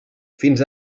fins